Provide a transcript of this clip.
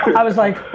i was like